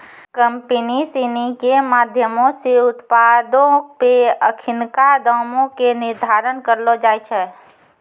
company सिनी के माधयमो से उत्पादो पे अखिनका दामो के निर्धारण करलो जाय छै